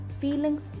feelings